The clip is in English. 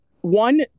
one